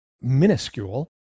minuscule